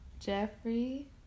Jeffrey